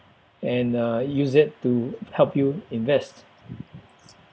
and uh use that to help you invest